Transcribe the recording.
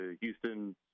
Houston